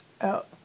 out